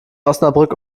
osnabrück